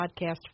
Podcast